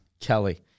Kelly